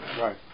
Right